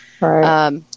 Right